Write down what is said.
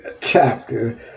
chapter